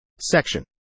Section